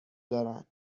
دارن